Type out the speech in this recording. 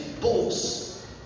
boss